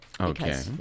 Okay